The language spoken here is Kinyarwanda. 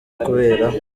kubera